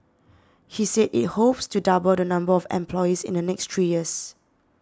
he said it hopes to double the number of employees in the next three years